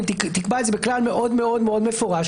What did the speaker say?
אם תקבע את זה בכלל מאוד מאוד מפורש,